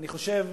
אני חושב,